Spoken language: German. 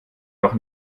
doch